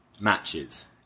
matches